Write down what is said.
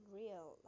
real